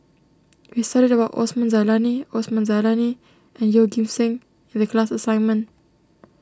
we studied about Osman Zailani Osman Zailani and Yeoh Ghim Seng in the class assignment